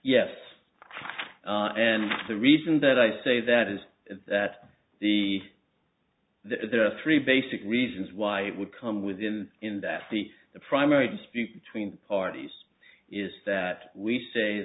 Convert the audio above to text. yes and the reason that i say that is that the there are three basic reasons why i would come with him in that the primary dispute between the parties is that we say